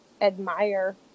admire